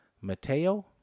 Mateo